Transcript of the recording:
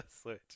Switch